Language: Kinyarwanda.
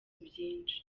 byinshi